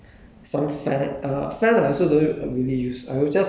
mm at night I use the light of course and then